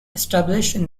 established